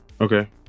Okay